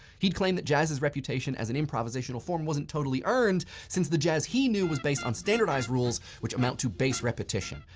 he'd claimed that jazz's reputation as an improvisational form wasn't totally earned since the jazz he knew was based on standardized rules, which amount to base repetition.